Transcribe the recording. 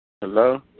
Hello